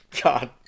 God